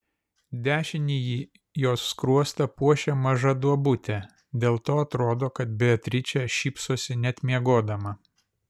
dešinįjį jos skruostą puošia maža duobutė dėl to atrodo kad beatričė šypsosi net miegodama